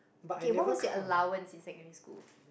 okay what would your allowance in secondary school